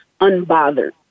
unbothered